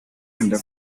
under